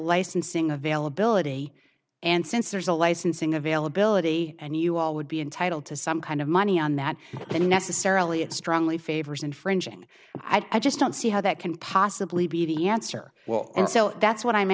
licensing availability and since there's a licensing availability and you all would be entitled to some kind of money on that then necessarily it strongly favors infringing i just don't see how that can possibly be the answer well and so that's what i'm